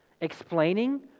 explaining